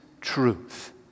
truth